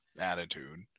attitude